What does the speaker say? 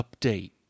update